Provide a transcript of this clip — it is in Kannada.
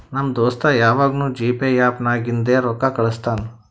ನಮ್ ದೋಸ್ತ ಯವಾಗ್ನೂ ಜಿಪೇ ಆ್ಯಪ್ ನಾಗಿಂದೆ ರೊಕ್ಕಾ ಕಳುಸ್ತಾನ್